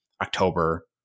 October